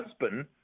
husband